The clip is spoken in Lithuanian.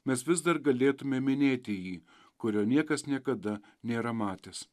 mes vis dar galėtume minėti jį kurio niekas niekada nėra matęs